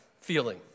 feeling